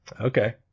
okay